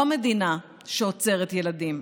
לא מדינה שעוצרת ילדים.